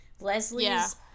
Leslie's